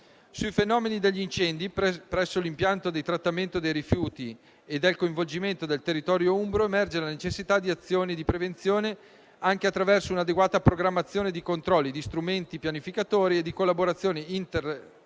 Sui fenomeni di incendi presso gli impianti di trattamento dei rifiuti e sul coinvolgimento del territorio umbro, emerge la necessità di azioni di prevenzione, anche attraverso un'adeguata programmazione di controlli, di strumenti pianificatori e di collaborazione